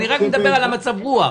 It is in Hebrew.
אני רק מדבר על המצב רוח.